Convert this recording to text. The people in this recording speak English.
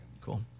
Cool